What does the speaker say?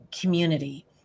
community